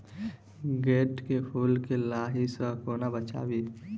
गोट केँ फुल केँ लाही सऽ कोना बचाबी?